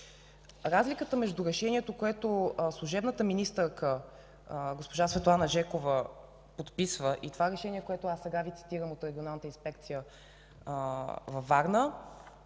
Разликата между решението, което служебният министър госпожа Светлана Жекова подписа, и това решение, което сега Ви цитирах, от Регионалната инспекция във Варна,